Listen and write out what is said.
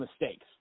mistakes